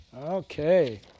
Okay